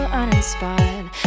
uninspired